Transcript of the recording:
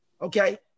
Okay